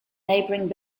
neighbouring